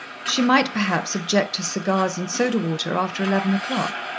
she might perhaps object to cigars and soda water after eleven o'clock,